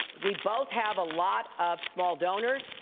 we both have a lot of small donors.